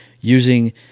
using